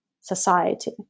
society